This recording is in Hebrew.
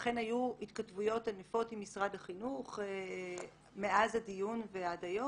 אכן היו התכתבויות ענפות עם משרד החינוך מאז הדיון ועד היום,